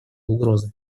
угрозы